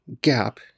gap